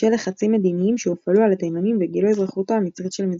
בשל לחצים מדיניים שהופעלו על התימנים וגילוי אזרחותו המצרית של מזרחי.